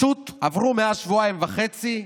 עברו מאז שבועיים וחצי,